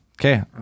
Okay